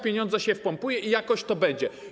Pieniądze się wpompuje i jakoś to będzie.